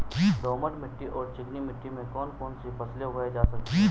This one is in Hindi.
दोमट मिट्टी और चिकनी मिट्टी में कौन कौन सी फसलें उगाई जा सकती हैं?